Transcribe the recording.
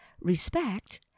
respect